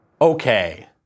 Okay